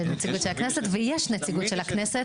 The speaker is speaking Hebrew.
יש נציגות של הכנסת,